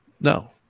No